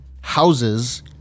houses